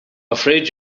afraid